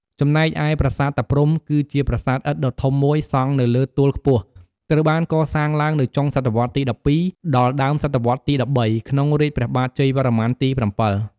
ចំណែកឯ ប្រាសាទតាព្រហ្ម គឺជាប្រាសាទឥដ្ឋដ៏ធំមួយសង់នៅលើទួលខ្ពស់ ត្រូវបានកសាងឡើងនៅ ចុងសតវត្សរ៍ទី ១២ ដល់ដើមសតវត្សរ៍ទី ១៣ ក្នុងរាជ្យព្រះបាទជ័យវរ្ម័នទី ៧។